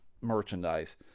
merchandise